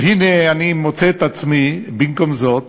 והנה אני מוצא את עצמי במקום זאת